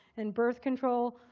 and birth control.